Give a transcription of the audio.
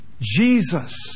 Jesus